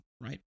right